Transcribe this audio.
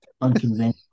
unconventional